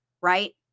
right